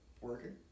Working